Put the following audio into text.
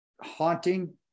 haunting